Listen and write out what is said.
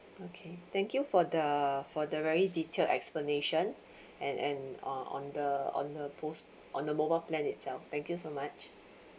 okay thank you for the for the very detailed explanation and and on on the on the post on the mobile plan itself thank you so much